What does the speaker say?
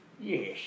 Yes